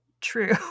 true